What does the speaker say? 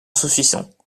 saucisson